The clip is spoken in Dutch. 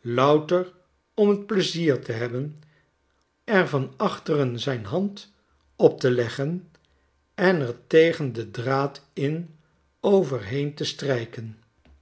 louter om t pleizier te hebben er van achteren zijn hand op te leggen en er tegen den draad in overheen te strijken